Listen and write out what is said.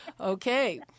Okay